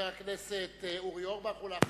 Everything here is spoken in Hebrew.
חבר הכנסת אורי אורבך, ואחריו,